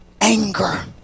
anger